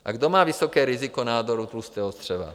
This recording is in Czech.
A kdo má vysoké riziko nádoru tlustého střeva?